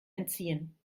entziehen